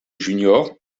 juniors